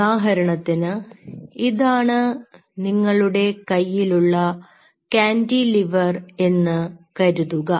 ഉദാഹരണത്തിന് ഇതാണ് നിങ്ങളുടെ കയ്യിലുള്ള കാന്റിലിവർ എന്ന് കരുതുക